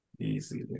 easy